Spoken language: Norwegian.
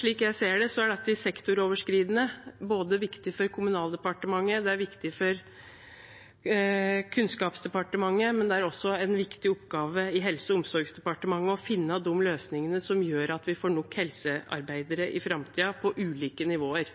Slik jeg ser det, er det en sektoroverskridende og viktig oppgave for Kommunaldepartementet, Kunnskapsdepartementet og Helse- og omsorgsdepartementet å finne de løsningene som gjør at vi får nok helsearbeidere i framtiden, på ulike nivåer.